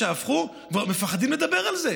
כבר מפחדים לדבר על זה.